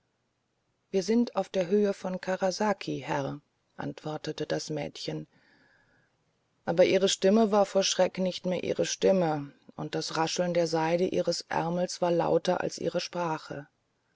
wir sind auf der höhe von karasaki herr antwortete das mädchen aber ihre stimme war vor schreck nicht mehr ihre stimme und das rascheln der seide ihrer ärmel war lauter als ihre sprache